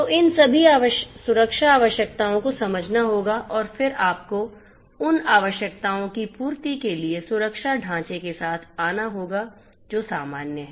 तो इन सभी सुरक्षा आवश्यकताओं को समझना होगा और फिर आपको उन आवश्यकताओं की पूर्ति के लिए सुरक्षा ढांचे के साथ आना होगा जो सामान्य है